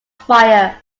fire